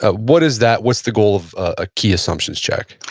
ah what is that? what's the goal of a key assumptions check?